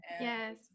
yes